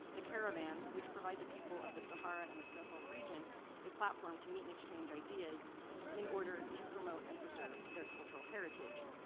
the caravan, which provide the people of the sahara and the sahel region a platform to meet and exchange ideas in order to promote and preserve their cultural heritage,